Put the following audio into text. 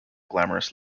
glamorous